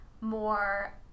more